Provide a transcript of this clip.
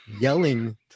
yelling